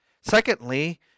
Secondly